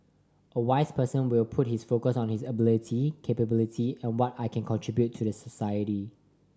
a wise person will put his focus on his ability capability and what I can contribute to the society